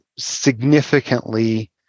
significantly